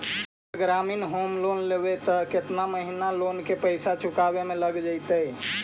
अगर ग्रामीण home loan लेबै त केतना महिना लोन के पैसा चुकावे में लग जैतै?